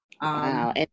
Wow